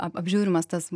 ap apžiūrimas tas